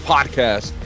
Podcast